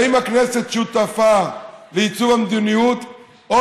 והאם הכנסת שותפה לעיצוב המדיניות או